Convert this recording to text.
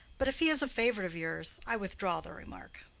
but if he is a favorite of yours, i withdraw the remark.